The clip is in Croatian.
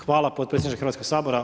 Hvala potpredsjedniče Hrvatskog sabora.